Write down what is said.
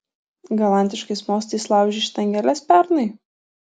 galantiškais mostais laužei štangeles pernai